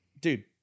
Dude